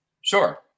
Sure